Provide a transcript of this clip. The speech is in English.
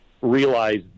realize